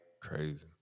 Crazy